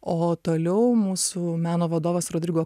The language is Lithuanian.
o toliau mūsų meno vadovas rodrigo